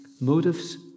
motives